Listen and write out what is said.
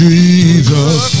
Jesus